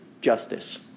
justice